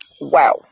Wow